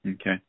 Okay